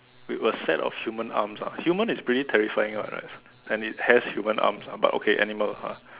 we were scared of human arms ah humans is pretty terrifying [what] right and it has human arms ah but okay animals lah